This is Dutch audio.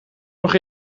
nog